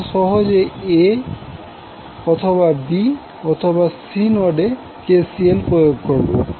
আমরা সহজে A অথবা B অথবা C নোডে KCL প্রয়োগ করবো